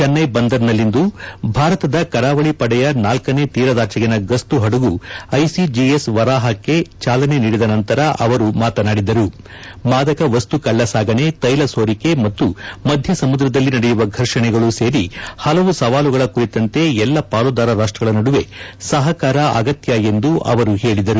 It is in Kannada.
ಚೆನ್ವೈ ಬಂದರಿನಲ್ಲಿಂದು ಭಾರತದ ಕರಾವಳಿ ಪಡೆಯ ನಾಲ್ಕ ನೇ ತೀರದಾಚೆಗಿನ ಗಸ್ತು ಹೆಡಗು ಐಸಿಜಿಎಸ್ ವರಹಾಕ್ಕೆ ಚಾಲನೆ ನೀಡಿದ ನಂತರ ಅವರು ಮಾತನಾಡಿದರು ಮಾದಕ ವಸ್ತು ಕಳ್ಳ ಸಾಗಣೆ ತೈಲ ಸೋರಿಕೆ ಮತ್ತು ಮಧ್ಯ ಸಮುದ್ರದಲ್ಲಿ ನಡೆಯುವ ಫರ್ಷಣೆಗಳು ಸೇರಿ ಹಲವು ಸವಾಲುಗಳ ಕುರಿತಂತೆ ಎಲ್ಲ ಪಾಲುದಾರ ರಾಷ್ಟ್ಗಳ ನಡುವೆ ಸಹಕಾರ ಅಗತ್ಯ ಎಂದು ಅವರು ಹೇಳಿದರು